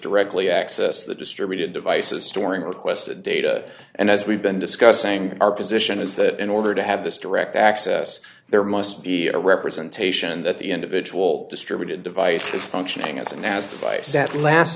directly access the distributed devices storing requested data and as we've been discussing our position is that in order to have this direct access there must be a representation that the individual distributed device is functioning as an